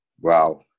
Wow